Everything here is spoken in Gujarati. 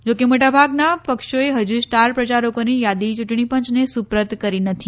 જોકે મોટાભાગના પક્ષોએ હજુ સ્ટાર પ્રચારકોની યાદી ચૂંટણી પંચને સુપ્રત કરી નથી